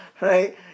right